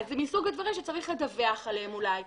אז זה מסוג הדברים שצריך לדווח עליהם אולי,